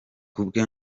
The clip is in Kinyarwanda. kubwe